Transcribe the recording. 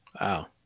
Wow